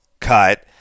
cut